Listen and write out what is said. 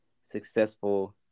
successful